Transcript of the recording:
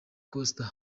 coaster